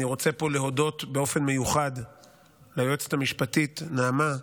אני רוצה פה להודות באופן מיוחד ליועצת המשפטית נעמה,